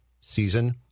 season –